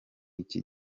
iki